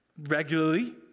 regularly